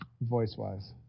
voice-wise